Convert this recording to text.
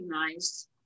recognize